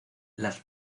las